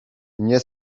nie